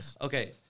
Okay